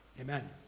Amen